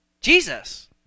Jesus